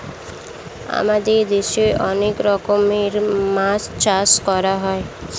আমাদের দেশে অনেক রকমের মাছ চাষ করা হয়